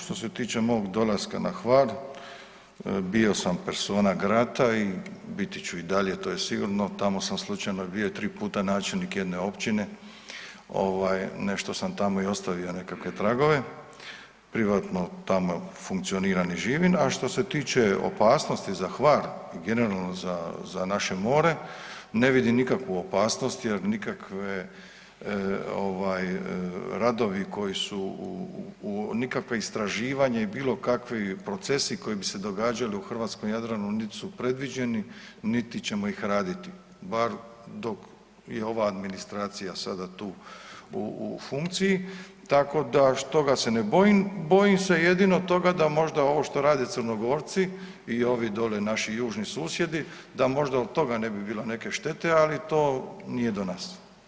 Što se tiče mog dolaska na Hvar, bio sam persona grata i biti ću i dalje, to je sigurno, tamo sam slučajno bio tri puta načelnik jedne općine, nešto sam tamo i ostavio, nekakve tragove, privatno tamo funkcioniram i živim a što se tiče opasnosti za Hvar i generalno za naše more, ne vidim nikakvu opasnost jer nikakvi radovi koji su, nikakva istraživanja i bilokakvi procesi koji bi se događali u hrvatskom Jadranu nit su predviđeni niti ćemo ih raditi, bar dok je ova administracija sada tu u funkciji tako da toga se ne bojim, bojim se jedino toga da možda ovo što rade Crnogorci i ovi dolje naši južni susjedi, da možda od toga ne bi bilo neke štete ali to nije do nas.